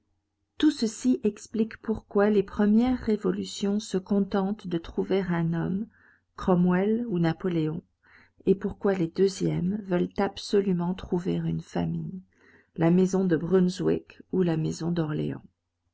tout ceci explique pourquoi les premières révolutions se contentent de trouver un homme cromwell ou napoléon et pourquoi les deuxièmes veulent absolument trouver une famille la maison de brunswick ou la maison d'orléans